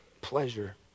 pleasure